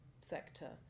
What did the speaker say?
sector